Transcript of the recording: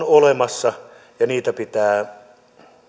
olemassa ja niitä pitää